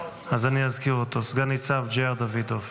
סגן ניצב ג'יאר דוידוב,